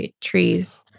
trees